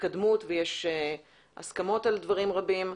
התקדמות ויש הסכמות על דברים רבים.